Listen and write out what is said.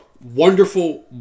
wonderful